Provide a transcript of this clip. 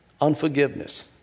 unforgiveness